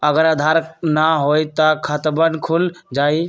अगर आधार न होई त खातवन खुल जाई?